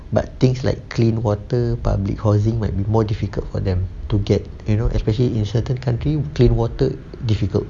but things like clean water deposit more difficult for them to get you know especially in certain country clean water difficult